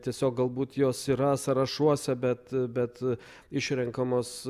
tiesiog galbūt jos yra sąrašuose bet bet išrenkamos